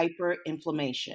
Hyperinflammation